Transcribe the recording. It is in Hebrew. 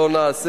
הוא לא יכול.